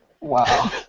Wow